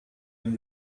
him